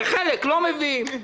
וחלק לא מביאים.